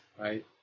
right